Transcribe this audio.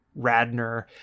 Radner